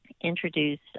Introduced